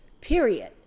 period